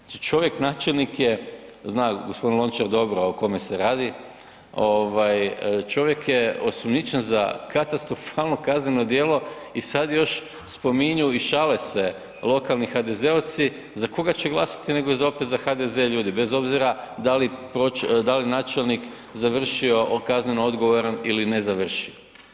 Znači čovjek, načelnik je, zna g. Lončar o kome se radi, čovjek je osumnjičen za katastrofalno kazneno djelo i sad još spominju i šale se lokalni HDZ-ovci za koga će glasati nego opet za HDZ ljudi, bez obzira da li načelnik završio kazneno odgovoran ili ne završio.